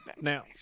now